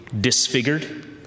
disfigured